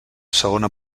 segona